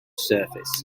surface